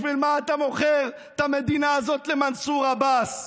בשביל מה אתה מוכר את המדינה הזאת למנסור עבאס?